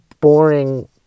boring